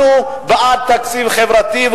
אנחנו בעד תקציב חברתי,